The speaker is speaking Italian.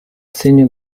segno